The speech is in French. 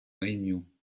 réunion